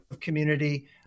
community